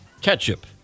ketchup